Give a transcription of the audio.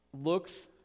looks